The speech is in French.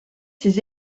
ses